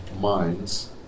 minds